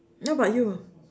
what about you